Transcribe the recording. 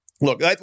look